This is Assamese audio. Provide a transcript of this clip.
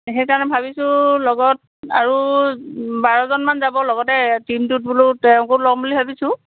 সেইকাৰণে ভাবিছোঁ লগত আৰু বাৰজনমান যাব লগতে টীমটোত বোলো তেওঁকো ল'ম বুলি ভাবিছোঁ